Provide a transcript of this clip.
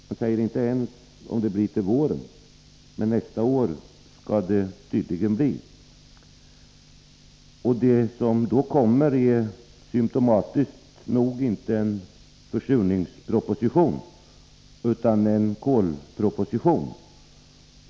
Han säger inte ens att det blir till våren utan bara att det blir någon gång nästa år. Och det som då kommer är symtomatiskt nog inte en försurningsproposition utan en kolproposition.